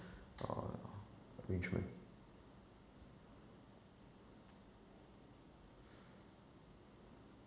uh arrangment